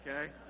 okay